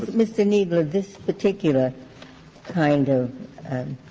mr. kneedler, this particular kind of